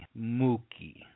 Mookie